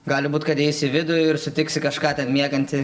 gali būt kad įeisi į vidų ir sutiksi kažką ten miegantį